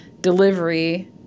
delivery